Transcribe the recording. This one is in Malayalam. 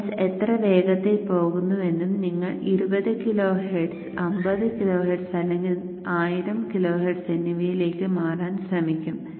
MOSFETS എത്ര വേഗത്തിൽ പോകുന്നു എന്നും നിങ്ങൾ 20 കിലോഹെർട്സ് 50 കിലോഹെർട്സ് അല്ലെങ്കിൽ 1000 കിലോഹെർട്സ് എന്നിവയിലേക്ക് മാറാൻ ശ്രമിക്കും